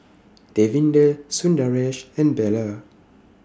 Davinder Sundaresh and Bellur